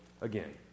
Again